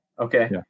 Okay